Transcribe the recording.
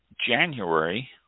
January